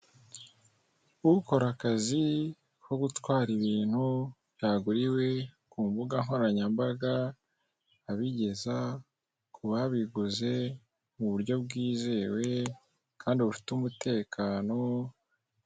Ukora akazi ko gutwara ibintu byaguriwe ku mbugankoranyambaga abigeza ku babiguze mu buryo bwizewe kandi bufite umutekano.